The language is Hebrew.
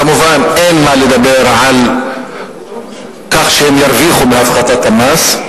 כמובן אין מה לדבר על כך שהם ירוויחו מהפחתת המס.